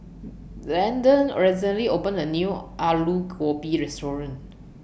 Branden recently opened A New Aloo Gobi Restaurant